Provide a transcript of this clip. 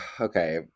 Okay